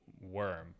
worm